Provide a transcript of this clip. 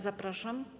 Zapraszam.